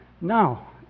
Now